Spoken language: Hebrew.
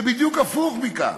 זה בדיוק הפוך מכך.